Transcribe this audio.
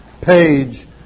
page